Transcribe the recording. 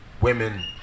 women